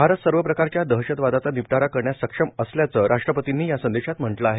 भारत सर्व प्रकारच्या दहशतवादाचा निपटारा करण्यास सक्षम असल्याचं राष्टपतींनी या संदेशात म्हटलं आहे